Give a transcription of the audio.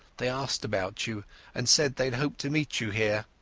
they asked about you and said they had hoped to meet you here.